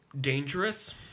dangerous